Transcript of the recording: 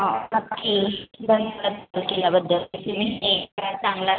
चांगला